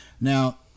Now